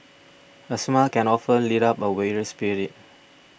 a smile can often lift up a weary spirit